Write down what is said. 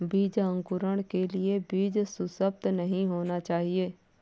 बीज अंकुरण के लिए बीज सुसप्त नहीं होना चाहिए